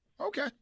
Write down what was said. Okay